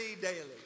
Daily